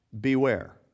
beware